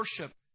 worship